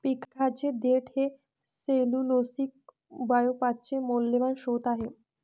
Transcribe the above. पिकाचे देठ हे सेल्यूलोसिक बायोमासचे मौल्यवान स्त्रोत आहे